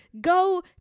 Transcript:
Go